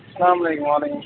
سَلام علیکُم وعلیکُم سَلام